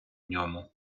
ньому